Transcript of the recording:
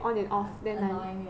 很 annoying eh